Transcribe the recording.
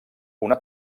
una